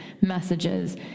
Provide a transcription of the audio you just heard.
messages